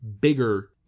Bigger